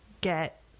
get